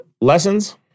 lessons